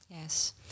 Yes